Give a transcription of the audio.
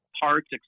Parts